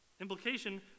Implication